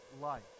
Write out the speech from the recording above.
life